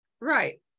Right